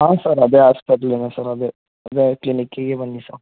ಹಾಂ ಸರ್ ಅದೇ ಆಸ್ಪೆಟ್ಲೇನೆ ಸರ್ ಅದೇ ಅದೇ ಕ್ಲಿನಿಕ್ಕಿಗೇ ಬನ್ನಿ ಸರ್